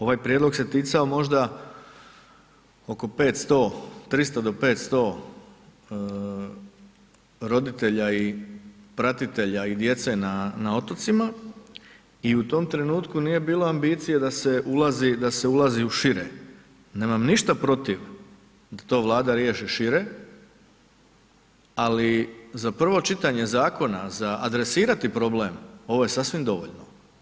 Ovaj prijedlog se ticao možda oko 500, 300 do 500 roditelja i pratitelja i djece na otocima i u tom trenutku nije bila ambicija da se ulazi u šire, nemam ništa protiv da to Vlada riješi šire ali za prvo čitanje zakona, za adresirati problem, ovo je sasvim dovoljno.